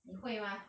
你会吗